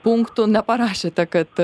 punktų neparašėte kad